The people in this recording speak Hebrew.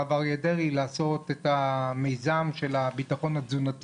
בגלל הבנייה הנרחבת.